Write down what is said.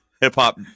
hip-hop